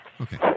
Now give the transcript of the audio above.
Okay